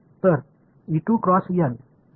எனவே எப்போதும் எல்லை இருக்கும்